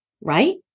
right